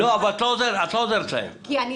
את לא עוזרת להם, ואני